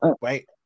Wait